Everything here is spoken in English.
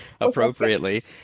appropriately